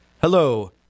hello